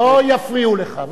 לא יפריעו לך.